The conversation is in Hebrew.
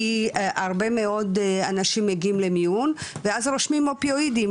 כי הרבה מאוד אנשים מגיעים למיון ואז רושמים אופיואידים,